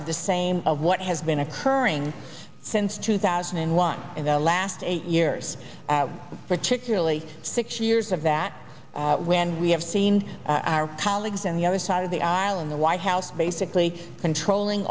of the same of what has been occurring since two thousand and one in the last eight years particularly six years of that when we have seen our colleagues on the other side of the aisle in the white house basically controlling